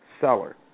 seller